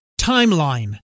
Timeline